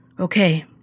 okay